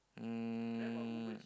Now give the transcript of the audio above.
um